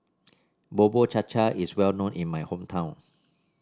Bubur Cha Cha is well known in my hometown